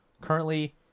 Currently